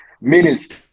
Minister